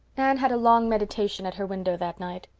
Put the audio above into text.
anne had a long meditation at her window that night.